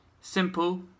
Simple